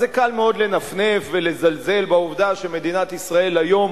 אז קל מאוד לנפנף ולזלזל בעובדה שמדינת ישראל היום